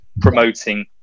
promoting